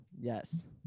Yes